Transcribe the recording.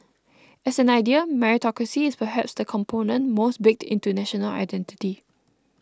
as an idea meritocracy is perhaps the component most baked into national identity